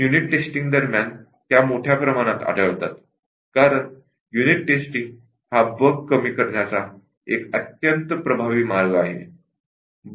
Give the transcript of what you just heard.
unit टेस्टिंगदरम्यान त्या मोठ्या प्रमाणात आढळतात कारण युनिट टेस्टिंग हा बग कमी करण्याचा एक अत्यंत प्रभावी मार्ग आहे